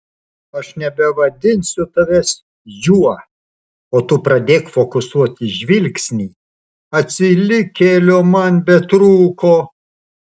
aš nebevadinsiu tavęs juo o tu pradėk fokusuoti žvilgsnį atsilikėlio man betrūko